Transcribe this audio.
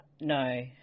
No